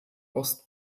ost